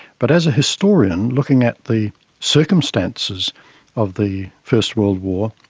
but as a historian, looking at the circumstances of the first world war,